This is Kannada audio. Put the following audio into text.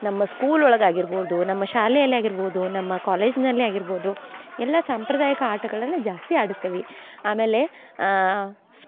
ನಮ್ಮ ಸ್ಕೂಲ್ ಒಳಗೆ ಆಗಿರ್ಬೋದು ನಮ್ಮ ಶಾಲೆಯಲ್ಲಿ ಆಗಿರ್ಬೋದು ನಮ್ಮ ಕಾಲೇಜ್ನಲ್ಲೇ ಆಗಿರ್ಬೋದು ಎಲ್ಲ ಸಾಂಪ್ರದಾಯ್ಕ ಆಟಗಳನ್ನು ಜಾಸ್ತಿ ಆಡಿಸ್ತೇವಿ ಆಮೇಲೆ ಸ್